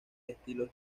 estilos